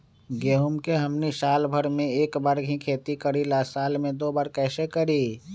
गेंहू के हमनी साल भर मे एक बार ही खेती करीला साल में दो बार कैसे करी?